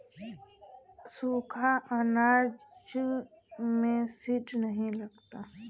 सुखा अनाज में सीड नाही लगेला